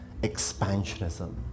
expansionism